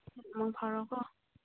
ꯃꯪ ꯐꯔꯣꯀꯣ